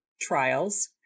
trials